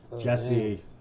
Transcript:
Jesse